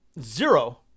zero